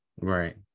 right